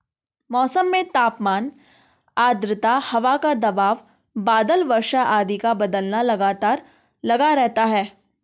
मौसम में तापमान आद्रता हवा का दबाव बादल वर्षा आदि का बदलना लगातार लगा रहता है